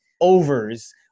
overs